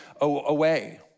away